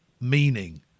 meaning